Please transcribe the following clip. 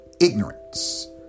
ignorance